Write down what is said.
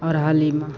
और हालिमा